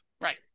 right